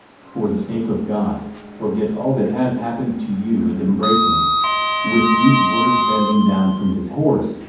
for the sake of god, forget all that has happened to you and embrace me with these words bending down from his horse,